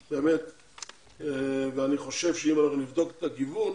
אני חושב שאם אנחנו נבדוק את הגיוון,